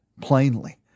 plainly